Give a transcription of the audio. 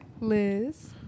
Liz